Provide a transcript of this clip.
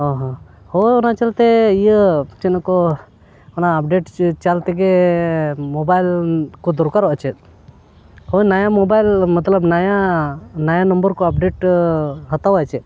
ᱚᱻ ᱦᱚᱸ ᱦᱳᱭ ᱚᱱᱟ ᱪᱮᱞᱛᱮ ᱤᱭᱟᱹ ᱪᱮᱫ ᱟᱠᱚ ᱚᱱᱟ ᱟᱯᱰᱮᱴ ᱪᱟᱞ ᱛᱮᱜᱮ ᱢᱳᱵᱟᱭᱤᱞ ᱠᱚ ᱫᱚᱨᱠᱟᱨᱚᱜᱼᱟ ᱪᱮᱫ ᱦᱳᱭ ᱱᱟᱭᱟ ᱢᱳᱵᱟᱭᱤᱞ ᱢᱚᱛᱞᱚᱵ ᱱᱟᱭᱟ ᱱᱟᱢᱵᱟᱨ ᱠᱚ ᱟᱯᱰᱮᱴ ᱦᱟᱛᱟᱣ ᱪᱮᱫ